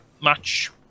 match